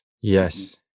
Yes